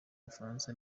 bufaransa